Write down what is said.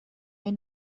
این